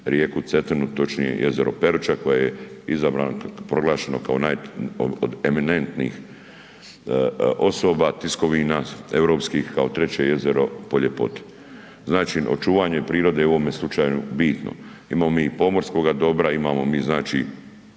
rijeku Cetinu, točnije jezero Peruča koje je izabrano, proglašeno kao naj, od naj eminentnih osoba, tiskovina europskih kao treće jezero po ljepoti. Znači, očuvanje prirode u ovome slučaju je bitno, imamo mi i pomorskoga dobra, imamo mi znači